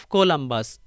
Columbus